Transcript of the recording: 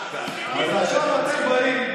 מה אתה אומר.